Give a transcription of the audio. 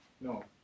No